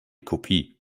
kopie